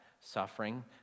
suffering